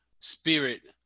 spirit